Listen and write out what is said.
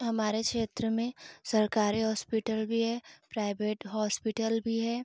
हमारे क्षेत्र में सरकारी हॉस्पिटल भी है प्राइवेट हॉस्पिटल भी है